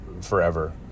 forever